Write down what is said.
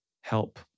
help